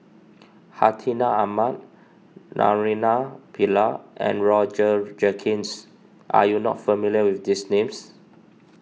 Hartinah Ahmad Naraina Pillai and Roger Jenkins are you not familiar with these names